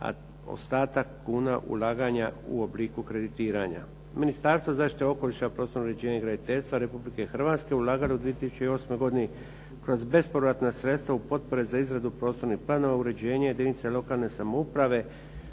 a ostatak kuna ulaganja u obliku kreditiranja.